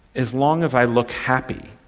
as long as i look happy,